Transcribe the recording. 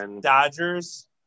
Dodgers